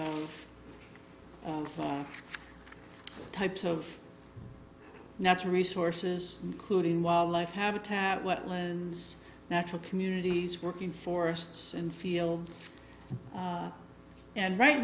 of types of natural resources including wildlife habitat wetlands natural communities working forests and fields and right